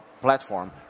platform